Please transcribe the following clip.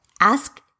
ask